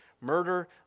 murder